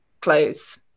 clothes